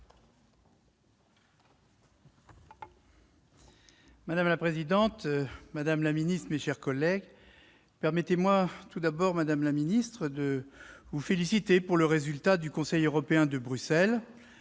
Madame la présidente, madame la secrétaire d'État, mes chers collègues, permettez-moi tout d'abord, madame la secrétaire d'État, de vous féliciter pour le résultat du Conseil européen de Bruxelles.